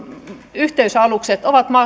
yhteysalukset ovat